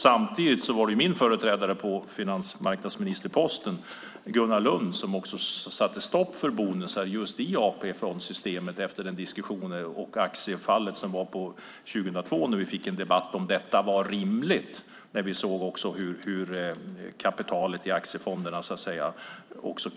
Samtidigt var det min företrädare på finansmarknadsministerposten, Gunnar Lund, som satte stopp för bonusar just i AP-fondssystemet. Efter diskussioner och aktiefallet 2002 fick vi en debatt om detta var rimligt. Vi såg hur kapitalet i aktiefonderna